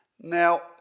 Now